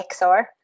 xr